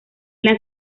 las